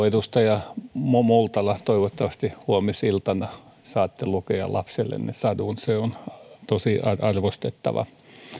edustaja multala toivottavasti huomisiltana saatte lukea lapsellenne sadun se on tosi arvostettava